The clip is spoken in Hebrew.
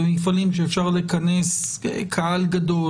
במפעלים שאפשר לכנס קהל גדול,